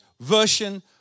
version